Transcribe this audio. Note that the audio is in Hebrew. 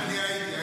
אני הייתי.